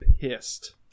pissed